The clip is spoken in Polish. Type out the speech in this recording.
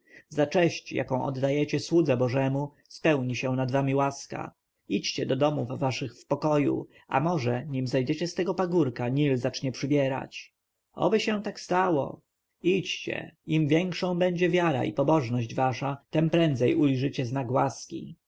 za cześć jaką oddajecie słudze bożemu spełni się nad wami łaska idźcie do domów waszych w pokoju a może nim zejdziecie z tego pagórka nil zacznie przybierać oby się tak stało idźcie im większą będzie wiara i pobożność wasza tem prędzej ujrzycie znak łaski